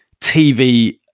TV